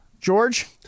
George